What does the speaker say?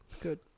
Good